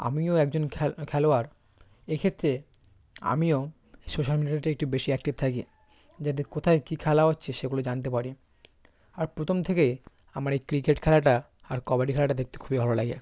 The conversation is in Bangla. আমিও একজন খেলোয়াড় এক্ষেত্রে আমিও সোশ্যাল মিডিয়াতে একটু বেশি অ্যাকটিভ থাকি যাতে কোথায় কী খেলা হচ্ছে সেগুলো জানতে পারি আর প্রথম থেকে আমার এই ক্রিকেট খেলাটা আর কবাডি খেলাটা দেখতে খুবই ভালো লাগে